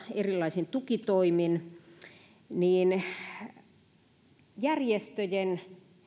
erilaisin tukitoimin niin järjestöjen